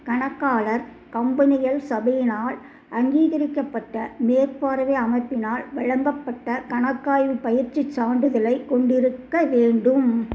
கணக்காளர் கம்பெனிகள் சபையினால் அங்கீகரிக்கப்பட்ட மேற்பார்வை அமைப்பினால் வழங்கப்பட்ட கணக்காய்வுப் பயிற்சிச் சான்றிதழைக் கொண்டிருக்க வேண்டும்